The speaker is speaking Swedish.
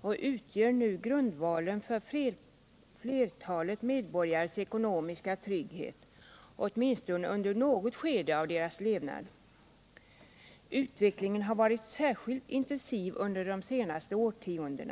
och nu utgör grundvalen för flertalet medborgares ekonomiska trygghet under åtminstone något skede av deras levnad. Utvecklingen har varit särskilt intensiv under de senaste årtiondena.